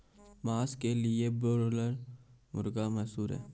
मांस के लिए ब्रायलर मुर्गा मशहूर है